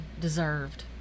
deserved